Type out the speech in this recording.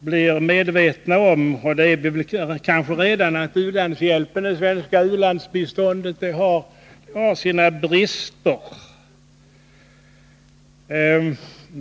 blir medvetna om — och det är vi kanske redan — att det svenska u-landsbiståndet har sina brister.